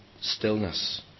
stillness